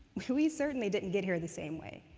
we we certainly didn't get here the same way.